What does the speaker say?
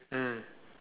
mm